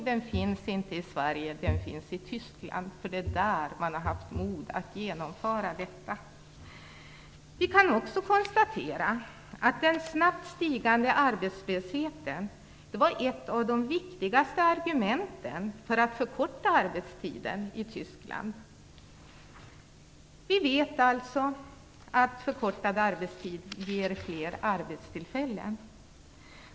Den finns inte i Sverige utan i Tyskland, för det är där man har haft mod att genomföra en arbetstidsförkortning. Vi kan också konstatera att den snabbt stigande arbetslösheten var ett av de viktigaste argumenten för att förkorta arbetstiden i Tyskland. Vi vet alltså att förkortad arbetstid ger fler arbetstillfällen.